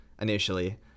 initially